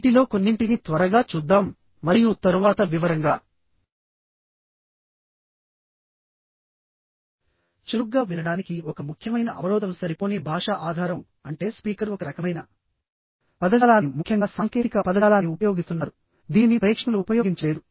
వీటిలో కొన్నింటిని త్వరగా చూద్దాం మరియు తరువాత వివరంగా చురుగ్గా వినడానికి ఒక ముఖ్యమైన అవరోధం సరిపోని భాషా ఆధారం అంటే స్పీకర్ ఒక రకమైన పదజాలాన్ని ముఖ్యంగా సాంకేతిక పదజాలాన్ని ఉపయోగిస్తున్నారు దీనిని ప్రేక్షకులు ఉపయోగించలేరు